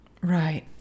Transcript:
Right